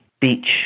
Beach